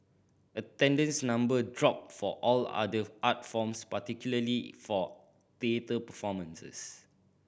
attendance number dropped for all other art forms particularly for theatre performances